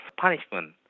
punishment